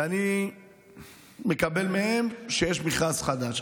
ואני מקבל מהם שיש מכרז חדש.